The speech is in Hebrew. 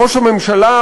ראש הממשלה,